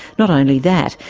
not only that,